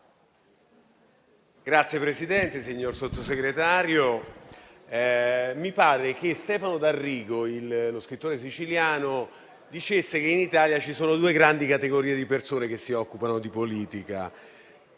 Signor Presidente, signor Sottosegretario, mi pare che Stefano D'Arrigo, lo scrittore siciliano, abbia detto che in Italia ci sono due grandi categorie di persone che si occupano di politica,